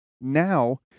Now